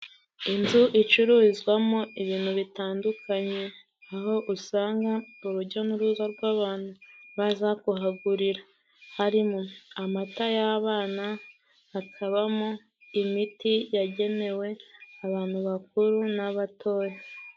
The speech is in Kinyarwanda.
Inzu icururizwamo ibintu bitandukanye aho usanga urujya n'uruza rw'abantu baza kuhagurira. Harimo amata y'abana, hakabamo imiti yagenewe abantu bakuru n'abatoya.